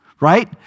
right